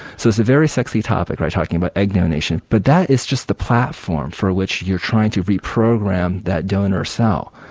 so it's a very sexy topic, we're talking about, egg donation, but that is just a platform for which you're trying to reprogram that donor cell.